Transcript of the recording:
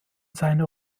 seiner